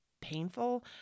painful